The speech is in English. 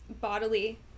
bodily